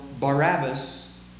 Barabbas